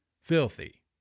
filthy